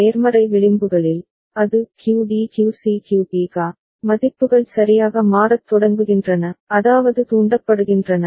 நேர்மறை விளிம்புகளில் அது QD QC QB QA மதிப்புகள் சரியாக மாறத் தொடங்குகின்றன அதாவது தூண்டப்படுகின்றன